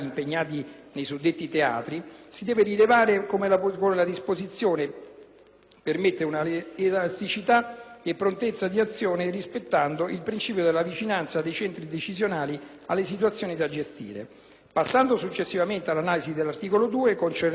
permette elasticità e prontezza di azione, rispettando il principio della vicinanza dei centri decisionali alle situazioni da gestire. Passando successivamente all'analisi dell'articolo 2, concernente gli interventi a sostegno dei processi di pace e di stabilizzazione, si deve